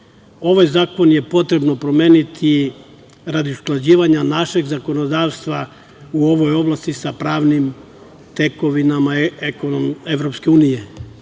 Ovaj zakon je potrebno promeniti radi usklađivanja našeg zakonodavstva u ovoj oblasti sa pravnim tekovinama Evropske unije.